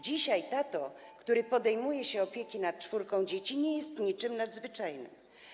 Dzisiaj tato, który podejmuje się opieki nad czwórką dzieci, nie jest niczym nadzwyczajnym.